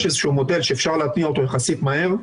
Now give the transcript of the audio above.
נגבש איזשהו מודל שאפשר להתניע אותו יחסית מהר,